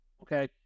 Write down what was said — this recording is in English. okay